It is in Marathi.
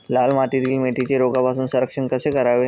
लाल मातीतील मेथीचे रोगापासून संरक्षण कसे करावे?